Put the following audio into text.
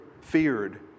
feared